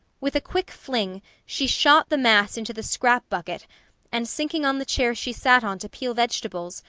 with a quick fling, she shot the mass into the scrap bucket and sinking on the chair she sat on to peel vegetables,